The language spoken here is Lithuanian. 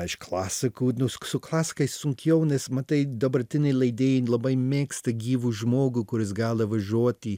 iš klasikų nu su su klasikais sunkiau nes matai dabartiniai leidėjai labai mėgsta gyvu žmogų kuris gali važiuot į